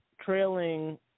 trailing